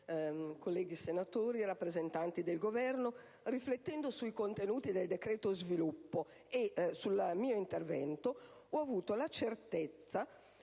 colleghi senatori, rappresentanti del Governo, riflettendo sui contenuti del decreto-legge sviluppo e sul mio intervento, ho avuto la certezza